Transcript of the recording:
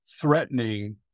threatening